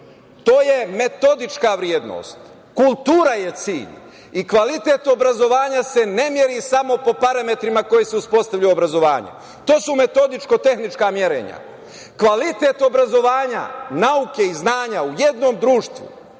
to je metodička vrednost, kultura je cilj i kvalitet obrazovanja se ne meri samo po parametrima kojim se uspostavlja obrazovanje. To su metodičko-tehnička merenja. Kvalitet obrazovanja, nauke i znanja u jednom društvu